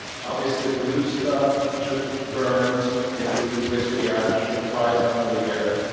obviously the loose stuff just burns into wispy ash and flies up in the air,